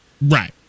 Right